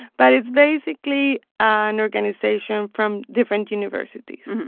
but it's basically an organization from different universities.